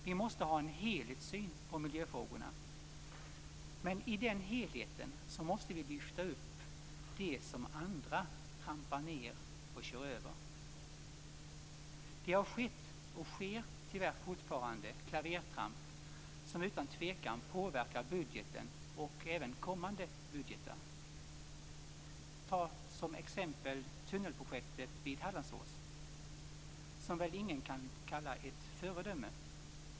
Vi måste ha en helhetssyn på miljöfrågorna, men i den helheten måste vi lyfta upp det som andra trampar ner eller kör över. Det har skett och sker tyvärr fortfarande klavertramp som utan tvivel påverkar budgeten och även kommande budgetar. Låt mig som exempel ta tunnelprojektet vid Hallandsås, som väl ingen kan kalla ett föredöme.